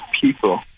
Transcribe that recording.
people